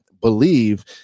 believe